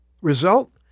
Result